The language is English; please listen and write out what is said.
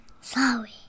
Sorry